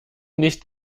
nicht